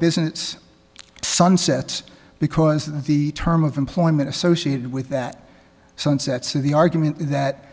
business sunsets because of the term of employment associated with that sunset so the argument that